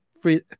free